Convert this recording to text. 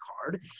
card